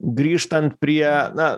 grįžtant prie na